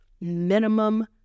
minimum